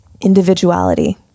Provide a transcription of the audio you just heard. individuality